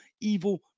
evil